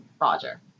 Roger